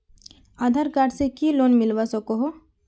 आधार card से की loan मिलवा सकोहो?